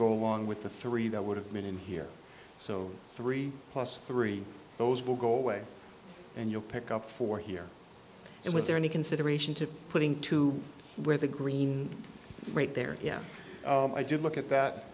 go along with the three that would have been in here so three plus three those will go away and you'll pick up four here and was there any consideration to putting to where the green right there yeah i did look at